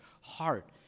heart